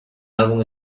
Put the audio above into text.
álbum